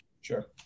Sure